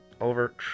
Over